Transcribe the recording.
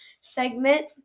segment